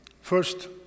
First